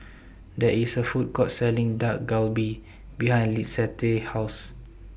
There IS A Food Court Selling Dak Galbi behind Lissette House